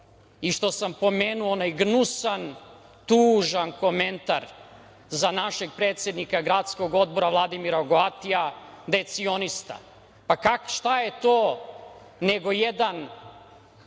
i što sam pomenuo onaj gnusan, tužan komentar za našeg predsednika Gradskog odbora, Vladimira Goatija, decionista. Pa, šta je to nego jedan